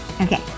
Okay